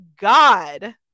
God